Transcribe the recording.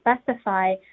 specify